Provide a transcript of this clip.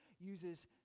uses